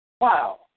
Wow